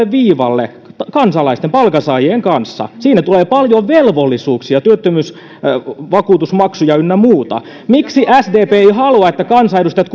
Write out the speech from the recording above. viivalle kansalaisten palkansaajien kanssa siinä tulee paljon velvollisuuksia työttömyysvakuutusmaksuja ynnä muuta miksi sdp ei ei halua että kansanedustajat